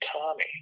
Tommy